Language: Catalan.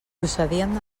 procedien